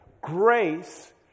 Grace